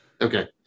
Okay